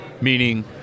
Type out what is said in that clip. meaning